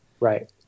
Right